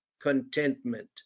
contentment